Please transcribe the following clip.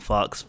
Fox